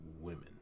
women